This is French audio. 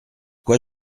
quoi